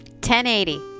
1080